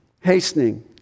Hastening